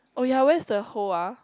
oh yah where's the hole ah